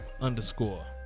underscore